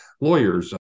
lawyers